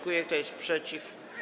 Kto jest przeciw?